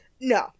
No